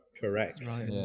Correct